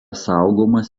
saugomas